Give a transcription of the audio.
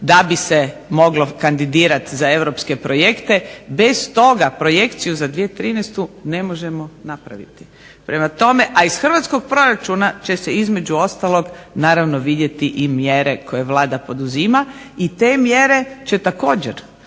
da bi se moglo kandidirati za europske projekte. Bez toga projekciju za 2013. Ne možemo napraviti. Prema tome, a iz hrvatskog proračuna će se između ostalog naravno vidjeti i mjere koje Vlada poduzima. I te mjere će također